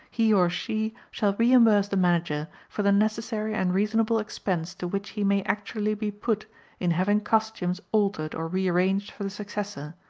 he or she shall reimburse the manager for the necessary and reasonable expense to which he may actually be put in having costumes altered or rearranged for the successor